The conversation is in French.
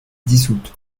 dissoute